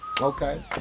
Okay